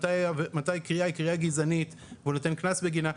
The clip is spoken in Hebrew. מתי קריאה היא קריאה גזענית והוא נותן קנס בגינה.